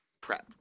Prep